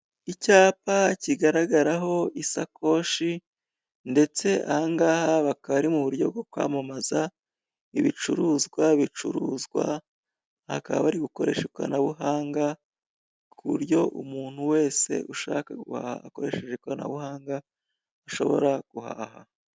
Icyapa kigaragaraho isakoshi ndetse aha ngaha bakaba ari mu buryo bwo kwamamaza ibicuruzwa bicuruzwa, bakaba bari gukoresha ikoranabuhanga ku buryo umuntu wese ushaka akoresheje ikoranabuhanga ashobora guhaha.